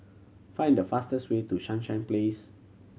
find the fastest way to Sunshine Place